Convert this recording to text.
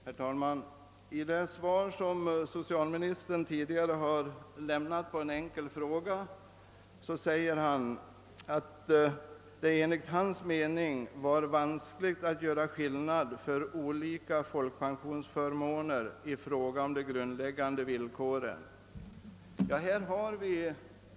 Herr talman! I ett svar på en enkel fråga i andra kammaren i maj 1967 uttalade socialministern att det enligt hans mening var vanskligt att göra skillnad för olika folkpensionsförmåner i fråga om de grundläggande villkoren.